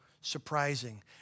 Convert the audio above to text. surprising